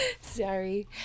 Sorry